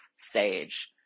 stage